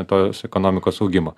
tos ekonomikos augimo